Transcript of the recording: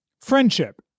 friendship